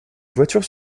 voitures